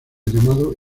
llamado